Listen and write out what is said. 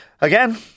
Again